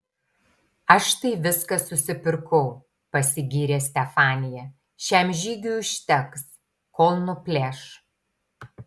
aš tai viską susipirkau pasigyrė stefanija šiam žygiui užteks kol nuplėš